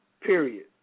Period